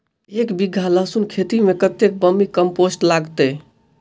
एक बीघा लहसून खेती मे कतेक बर्मी कम्पोस्ट लागतै?